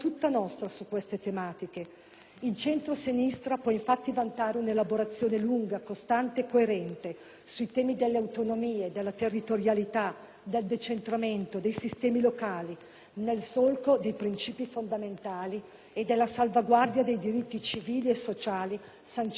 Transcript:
Il centrosinistra può infatti vantare un'elaborazione lunga, costante e coerente sui temi delle autonomie, della territorialità, del decentramento, dei sistemi locali nel solco dei principi fondamentali e della salvaguardia dei diritti civili e sociali sanciti dalla Costituzione italiana.